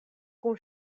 kun